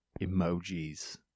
emojis